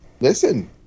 Listen